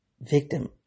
victim